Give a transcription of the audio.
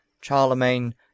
Charlemagne